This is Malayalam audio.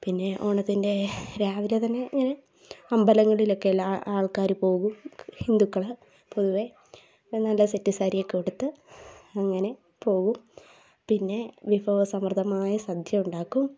പിന്നെ ഓണത്തിൻ്റെ രാവിലെ തന്നെ അമ്പലങ്ങളിലൊക്കെ എല്ലാ ആൾക്കാരും പോകും ഹിന്ദുക്കൾ പൊതുവെ നല്ല സെറ്റ് സാരിയൊക്കെ ഉടുത്ത് അങ്ങനെ പോകും പിന്നെ വിഭവസമൃദ്ധമായ സദ്യ ഉണ്ടാക്കും